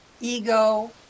ego